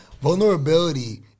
Vulnerability